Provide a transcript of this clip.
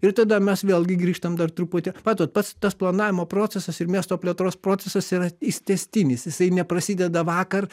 ir tada mes vėlgi grįžtam dar truputį matot pats tas planavimo procesas ir miesto plėtros procesas yra jis tęstinis jisai neprasideda vakar